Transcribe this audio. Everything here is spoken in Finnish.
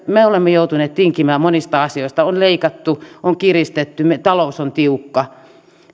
me olemme joutuneet tinkimään monista asioista on leikattu on kiristetty meidän talous on tiukka